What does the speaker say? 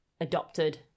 adopted